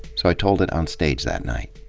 so i told it on stage that night.